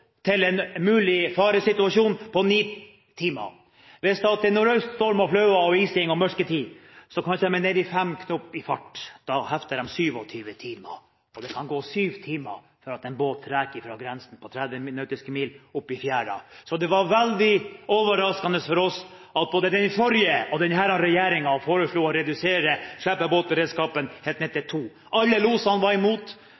til en mulig faresituasjon på ni timer. Hvis det er nordøst storm og fløa og ising og mørketid, er farten deres kanskje nede i fem knop. Da hefter de 27 timer. Og det kan gå syv timer fra en båt reker fra grensen på 30 nautiske mil og opp i fjæra. Så det var veldig overraskende for oss at både den forrige og denne regjeringen foreslo å redusere